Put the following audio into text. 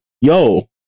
yo